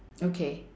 okay